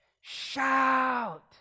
shout